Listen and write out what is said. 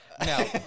No